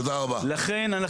לכן,